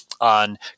on